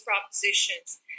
propositions